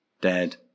dead